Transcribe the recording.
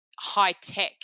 high-tech